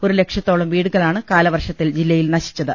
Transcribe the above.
ഒരു ലക്ഷത്തോളം വീടുകളാണ് കാലവർഷത്തിൽ ജില്ലയിൽ നശിച്ചത്